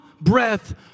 breath